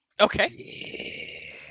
Okay